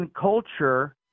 culture